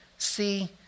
See